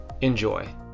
Enjoy